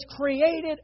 created